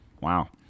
Wow